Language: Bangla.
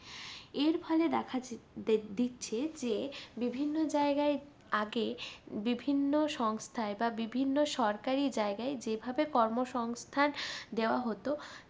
এর ফলে দেখা দিচ্ছে যে বিভিন্ন জায়গায় আগে বিভিন্ন সংস্থায় বা বিভিন্ন সরকারি জায়গায় যেভাবে কর্মসংস্থান দেওয়া হতো